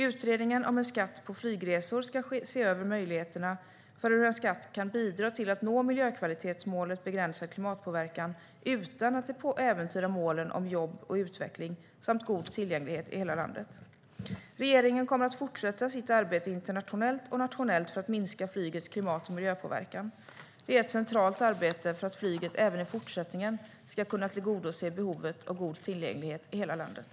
Utredningen om en skatt på flygresor ska se över möjligheterna för hur en skatt kan bidra till att nå miljökvalitetsmålet Begränsad klimatpåverkan utan att det äventyrar målen om jobb och utveckling samt god tillgänglighet i hela landet. Regeringen kommer att fortsätta sitt arbete internationellt och nationellt för att minska flygets klimat och miljöpåverkan. Det är ett centralt arbete för att flyget även i fortsättningen ska kunna tillgodose behovet av god tillgänglighet i hela landet.